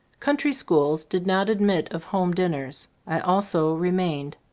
country schools did not admit of home dinners. i also remained.